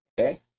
okay